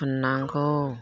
थुननांगौ